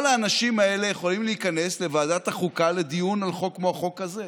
כל האנשים האלה יכולים להיכנס לוועדת החוקה לדיון על חוק כמו החוק הזה,